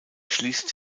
schließt